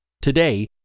Today